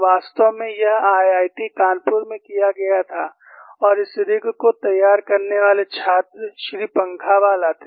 वास्तव में यह आईआईटी कानपुर में किया गया था और इस रिग को तैयार करने वाले छात्र श्री पंखावाला थे